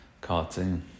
cartoon